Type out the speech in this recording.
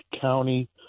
county